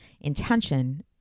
intention